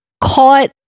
caught